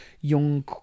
young